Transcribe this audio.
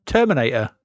Terminator